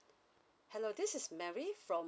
hello this is mary from